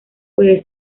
puede